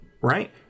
right